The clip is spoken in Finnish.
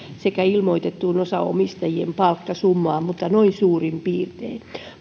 sekä ilmoitettuun osaomistajien palkkasummaan mutta noin suurin piirtein